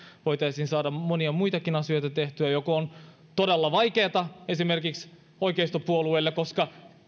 voisimme saada monia muitakin asioita tehtyä mitkä ovat todella vaikeita esimerkiksi oikeistopuolueille koska